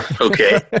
Okay